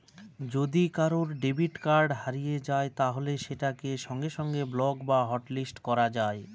যদি কারুর debit card হারিয়ে যায় তাহলে সেটাকে সঙ্গে সঙ্গে ব্লক বা হটলিস্ট করা যায়